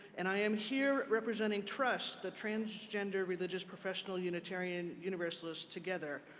and i am here representing trust, the transgender religious professional unitarian universalists together.